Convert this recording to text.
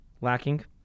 lacking